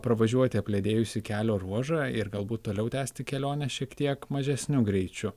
pravažiuoti apledėjusi kelio ruožą ir galbūt toliau tęsti kelionę šiek tiek mažesniu greičiu